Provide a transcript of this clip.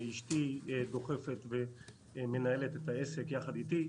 אשתי דוחפת ומנהלת את העסק ביחד אתי.